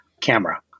camera